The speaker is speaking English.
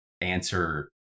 answer